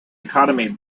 economy